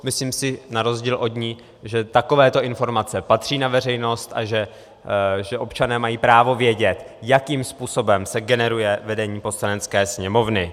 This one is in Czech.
Myslím si na rozdíl od ní, že takovéto informace patří na veřejnost a že občané mají právo vědět, jakým způsobem se generuje vedení Poslanecké sněmovny.